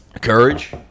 Courage